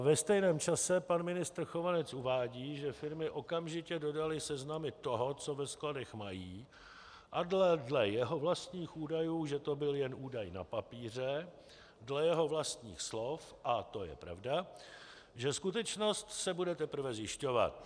Ve stejném čase pan ministr Chovanec uvádí, že firmy okamžitě dodaly seznamy toho, co ve skladech mají, a dle jeho vlastních údajů, že to byl jen údaj na papíře, dle jeho vlastních slov, a to je pravda, že skutečnost se bude teprve zjišťovat.